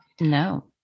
No